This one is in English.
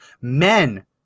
Men